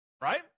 Right